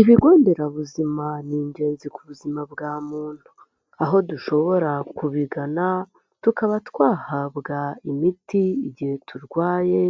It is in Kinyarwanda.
Ibigo nderabuzima ni ingenzi ku buzima bwa muntu aho dushobora kubigana, tukaba twahabwa imiti igihe turwaye